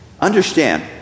Understand